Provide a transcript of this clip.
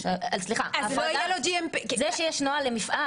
שיש נוהל למפעל,